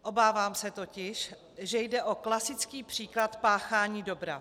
Obávám se totiž, že jde o klasický příklad páchání dobra.